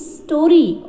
story